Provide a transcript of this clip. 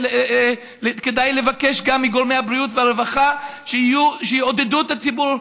כדאי גם לבקש מגורמי הבריאות והרווחה שיעודדו את הציבור.